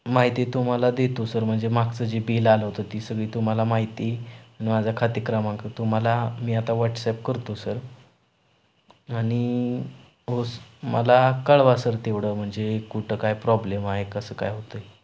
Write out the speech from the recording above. माहिती तुम्हाला देतो सर म्हणजे मागचं जी बिल आलं होतं ती सगळी तुम्हाला माहिती आणि माझा खाते क्रमांक तुम्हाला मी आता व्हॉट्सॲप करतो सर आणि हो स मला कळवा सर तेवढं म्हणजे कुठं काय प्रॉब्लेम आहे कसं काय होतं आहे